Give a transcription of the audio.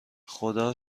خدا